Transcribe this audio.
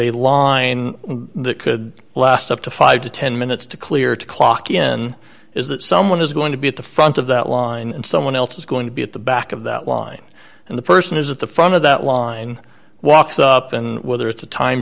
a line that could last up to five to ten minutes to clear to clock in is that someone is going to be at the front of that line and someone else is going to be at the back of that line and the person is at the front of that line walks up and whether it's a time